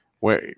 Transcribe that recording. wait